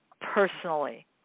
personally